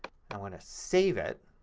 i want to save it,